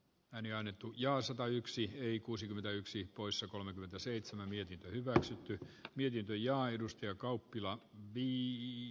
leonian etu ja satayksi hei kuusikymmentäyksi poissa kolmekymmentäseitsemän vietiin hyväksytty niin hiljaa edustaja kauppila viini